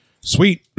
Sweet